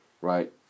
right